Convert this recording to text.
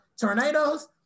tornadoes